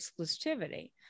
exclusivity